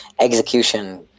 execution